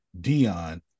dion